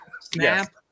Snap